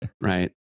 right